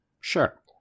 sure